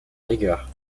rigueur